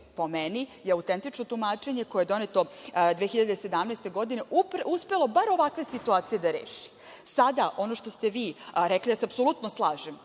Po meni, autentično tumačenje koje je doneto 2017. godine uspelo je bar ovakve situacije da reši. Sada, ono što ste vi rekli, ja se apsolutno slažem,